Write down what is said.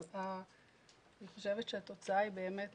אבל אני חושבת שהתוצאה היא באמת